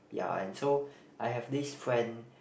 ya and so I have this when